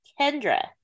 Kendra